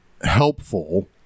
helpful